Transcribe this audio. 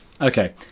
Okay